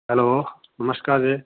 hello ਨਮਸ਼ਕਾਰ ਜੀ